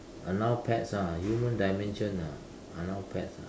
are now pets ah human dimension ah are now pets ah